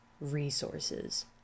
resources